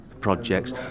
projects